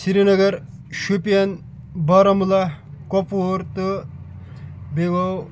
سرینگر شُپیَن بارہمولہ کۄپوور تہٕ بیٚیہِ گوٚو